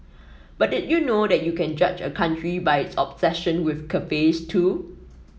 but did you know that you can judge a country by its obsession with cafes too